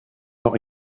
not